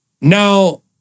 Now